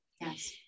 Yes